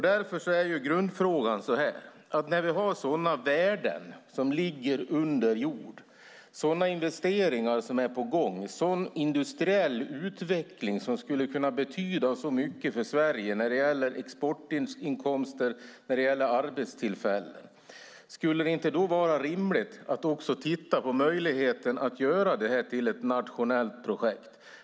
Därför är grundfrågan: När vi har sådana värden som ligger under jord, sådana investeringar som är på gång och sådan industriell utveckling som skulle kunna betyda så mycket för Sverige när det gäller exportinkomster och arbetstillfällen, skulle det då inte vara rimligt att titta på möjligheten att göra detta till ett nationellt projekt?